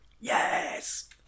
Yes